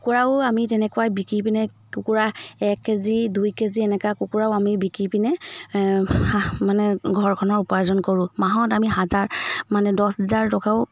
কুকুৰাও আমি তেনেকুৱা বিকি পিনে কুকুৰা এক কেজি দুই কেজি এনেকৈ কুকুৰাও আমি বিকি পিনে মানে ঘৰখনৰ উপাৰ্জন কৰো মাহত আমি হাজাৰ মানে দছ হাজাৰ টকাও